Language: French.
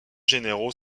généraux